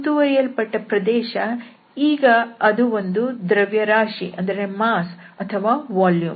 ಸುತ್ತುವರಿಯಲ್ಪಟ್ಟ ಪ್ರದೇಶ ಈಗ ಅದು ಒಂದು ದ್ರವ್ಯರಾಶಿ ಅಥವಾ ವಾಲ್ಯೂಮ್